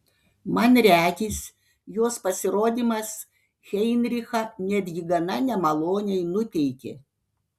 man regis jos pasirodymas heinrichą netgi gana nemaloniai nuteikė